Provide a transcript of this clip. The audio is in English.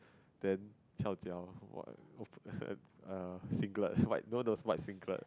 then qiao jiao err singlet no no white singlet